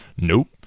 Nope